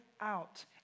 out